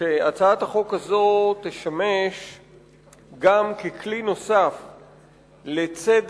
שהצעת החוק הזאת תשמש גם כלי נוסף לציד-אדם,